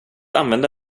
använda